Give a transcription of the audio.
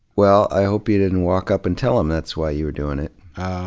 well, i hope you didn't walk up and tell them that's why you were doing it.